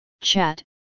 chat